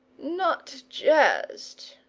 not jest!